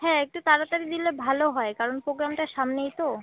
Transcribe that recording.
হ্যাঁ একটু তাড়াতাড়ি দিলে ভালো হয় কারণ পোগ্রামটা সামনেই তো